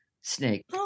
snake